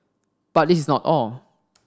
but this is not all